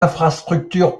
infrastructures